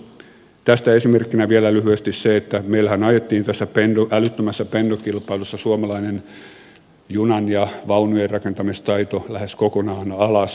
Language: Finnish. tästä esimerkkinä vielä lyhyesti se että meillähän ajettiin tässä älyttömässä pendo kilpailussa suomalainen junan ja vaunujenrakentamistaito lähes kokonaan alas